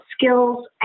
skills